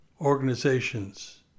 organizations